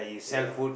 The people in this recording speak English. ya lah